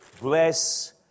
bless